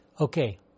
okay